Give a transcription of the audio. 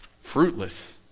fruitless